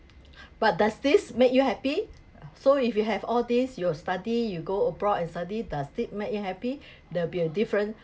but does this make you happy so if you have all these you will study you go abroad and study does it make you happy there will be a different